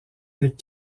des